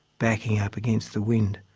backing up against the wind.